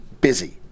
busy